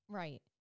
right